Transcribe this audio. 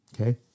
Okay